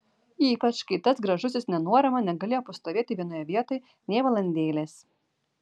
ypač kai tas gražusis nenuorama negalėjo pastovėti vienoje vietoj nė valandėlės